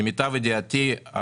למיטב ידיעתי,